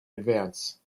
advance